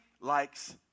likes